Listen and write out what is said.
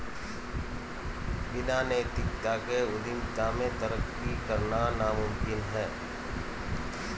बिना नैतिकता के उद्यमिता में तरक्की करना नामुमकिन है